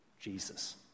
Jesus